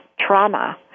trauma